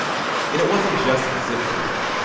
scholar and it wasn't just zip coon.